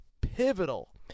pivotal